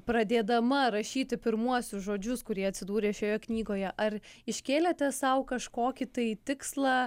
pradėdama rašyti pirmuosius žodžius kurie atsidūrė šioje knygoje ar iškėlėte sau kažkokį tai tikslą